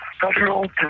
federal